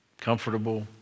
comfortable